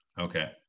okay